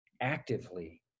actively